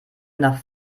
nach